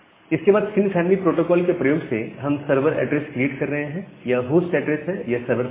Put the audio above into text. इसके बाद sin family protocol के प्रयोग से हम सर्वर ऐड्रेस क्रिएट कर रहे हैं यह होस्ट एड्रेस है और यह सर्वर पोर्ट है